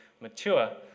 mature